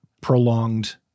prolonged